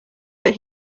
but